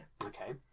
okay